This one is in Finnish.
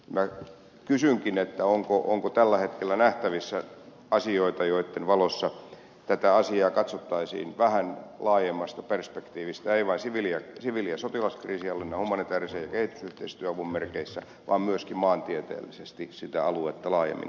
minä kysynkin onko tällä hetkellä nähtävissä asioita joitten valossa tätä asiaa katsottaisiin vähän laajemmasta perspektiivistä ei vain siviili ja sotilaskriisinhallinnan humanitäärisen ja kehitysyhteistyöavun merkeissä vaan myöskin maantieteellisesti sitä aluetta laajemmin koskien